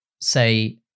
say